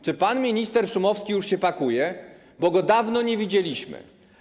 Czy pan minister Szumowski już się pakuje, bo go dawno nie widzieliśmy?